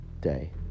day